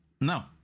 no